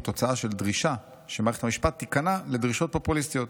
הוא תוצאה של דרישה שמערכת המשפט תיכנע לדרישות פופוליסטיות.